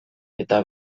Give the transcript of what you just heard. eta